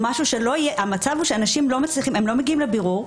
המצב הוא שאנשים לא מגיעים לבירור.